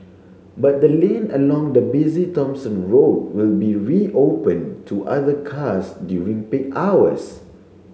but the lane along the busy Thomson Road will be reopened to other cars during peak hours